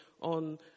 on